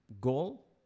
goal